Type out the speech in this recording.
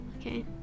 Okay